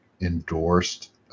endorsed